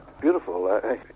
Beautiful